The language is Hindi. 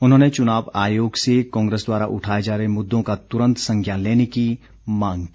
उन्होंने चुनाव आयोग से कांग्रेस द्वारा उठाए जा रहे मुद्दों का तुरंत संज्ञान लेने की मांग की